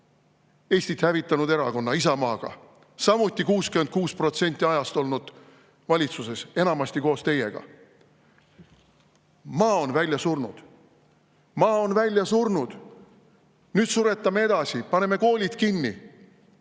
Eestit hävitanud erakonnaga Isamaa. [Isamaa] on samuti 66% ajast valitsuses olnud, enamasti koos teiega. Maa on välja surnud. Maa on välja surnud! Nüüd suretame edasi, paneme koolid kinni.